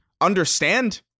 understand